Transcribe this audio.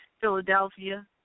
Philadelphia